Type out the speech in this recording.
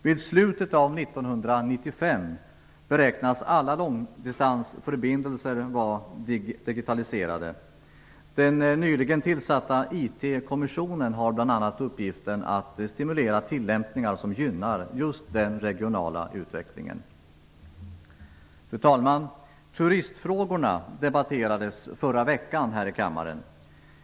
Vid slutet av 1995 beräknas alla långdistansförbindelser vara digitaliserade. Den nyligen tillsatta IT kommissionen har bl.a. uppgiften att stimulera tillämpningar som gynnar just den regionala utvecklingen. Fru talman! Turistfrågorna debatterades förra veckan här i kammaren.